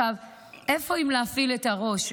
איפה להפעיל את הראש,